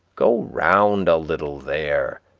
go round a little there,